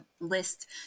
list